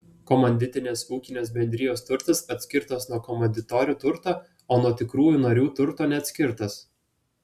komanditinės ūkinės bendrijos turtas atskirtas nuo komanditorių turto o nuo tikrųjų narių turto neatskirtas